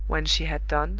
when she had done,